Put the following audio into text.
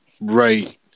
right